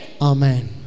Amen